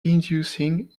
inducing